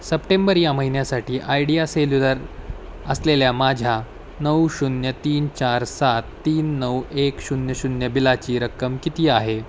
September या महिन्यासाठी Idea Cellular असलेल्या माझ्या नऊ शून्य तीन चार सात तीन नऊ एक शून्य शून्य बिलाची रक्कम किती आहे